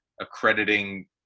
accrediting